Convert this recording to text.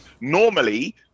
normally